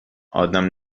آدم